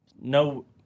no